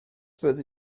fyddi